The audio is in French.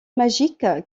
magique